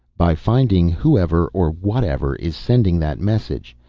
by finding whoever or whatever is sending that message.